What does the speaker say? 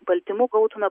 baltymų gautume